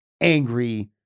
angry